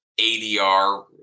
ADR